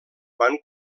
van